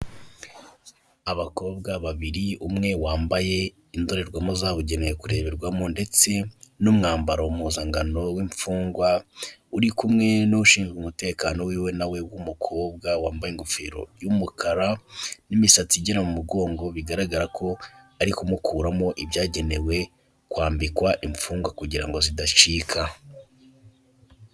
Abakobwa babiri, umwe wambaye indorerwamo zabugenewe kureberwamo ndetse n'umwambaro mpuzankano w'imfungwa, uri kumwe n'ushinzwe umutekano wiwe na we w'umukobwa wambaye ingofero y'umukara n'imisatsi igera mu mugongo, bigaragara ko ari kumukuramo ibyagenewe kwambikwa imfungwa kugira ngo zidacika.